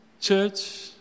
church